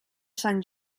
sant